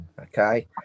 okay